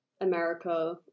America